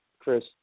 Chris